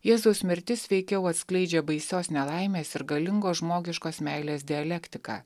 jėzaus mirtis veikiau atskleidžia baisios nelaimės ir galingos žmogiškos meilės dialektiką